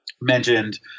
mentioned